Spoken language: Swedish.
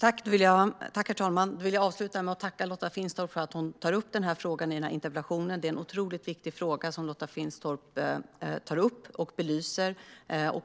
Herr talman! Jag vill avsluta med att tacka Lotta Finstorp för att hon tar upp och belyser denna viktiga fråga i en interpellation.